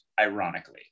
ironically